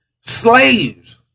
slaves